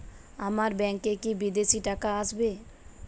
আমার ব্যংকে কি বিদেশি টাকা আসবে?